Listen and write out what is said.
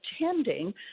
attending